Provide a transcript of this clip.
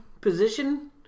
position